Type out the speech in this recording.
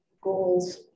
goals